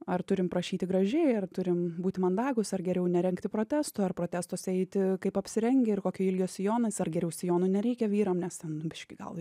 ar turim prašyti gražiai ar turim būti mandagūs ar geriau nerengti protestų ar protestuose eiti kaip apsirengę ir kokio ilgio sijonais ar geriau sijonų nereikia vyram nes ten biškį gal